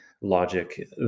logic